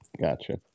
gotcha